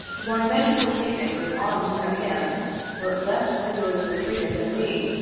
why men who were taken with arms in their hands were less rigorously treated than we,